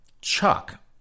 Chuck